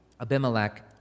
Abimelech